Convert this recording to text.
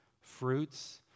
fruits